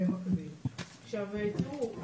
עכשיו תראו,